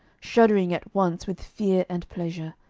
shuddering at once with fear and pleasure,